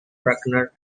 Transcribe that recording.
bruckner